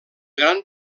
gran